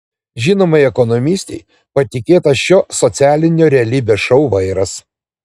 žinomai ekonomistei patikėtas šio socialinio realybės šou vairas